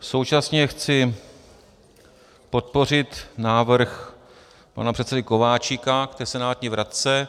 Současně chci podpořit návrh pana předsedy Kováčika k té senátní vratce.